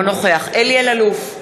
אינו נוכח אלי אלאלוף,